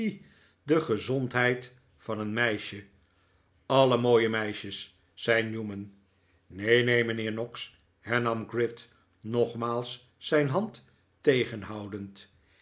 de gezondheid van een meisje alle mooie meisjes zei newman neen neen mijnheer noggs hernam gride nogmaals zijn hand tegenhoudend